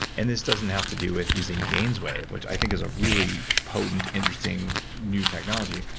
and this doesn't have to do with using gainswave which i think is a really potent, interesting new technology,